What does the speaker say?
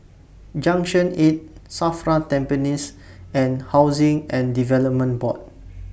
Junction eight SAFRA Tampines and Housing and Development Board